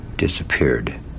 disappeared